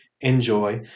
enjoy